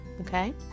okay